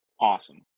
awesome